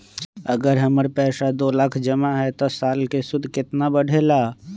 अगर हमर पैसा दो लाख जमा है त साल के सूद केतना बढेला?